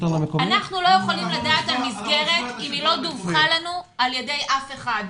אנחנו לא יכולים לדעת על מסגרת אם היא לא דווחה לנו אל ידי אף אחד,